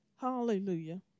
Hallelujah